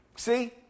See